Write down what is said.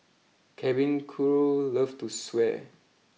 cabin crew love to swear